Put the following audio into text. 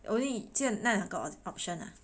only 只有那两个 option ah